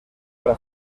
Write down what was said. para